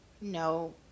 no